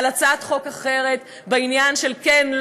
על הצעת חוק אחרת בעניין של כן,